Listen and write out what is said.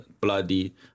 bloody